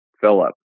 Philip